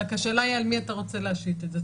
רק השאלה על מי אתה רוצה להשית את זה.